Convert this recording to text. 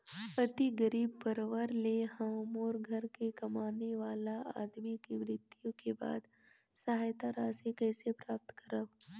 अति गरीब परवार ले हवं मोर घर के कमाने वाला आदमी के मृत्यु के बाद सहायता राशि कइसे प्राप्त करव?